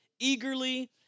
eagerly